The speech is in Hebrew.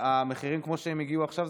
המחירים כמו שהם הגיעו עכשיו,